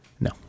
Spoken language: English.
No